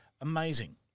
amazing